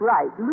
Right